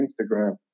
Instagram